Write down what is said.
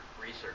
research